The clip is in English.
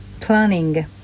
planning